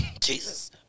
Jesus